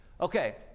Okay